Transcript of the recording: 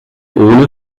ohne